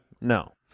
No